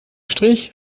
strich